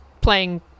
playing